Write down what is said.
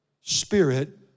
spirit